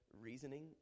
reasoning